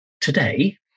today